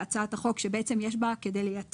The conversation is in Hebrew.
כאשר במהלך הכנסת ה-24 הגשת הצעת חוק שיש בה כדי לייתר